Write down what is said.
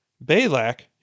Balak